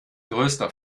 größter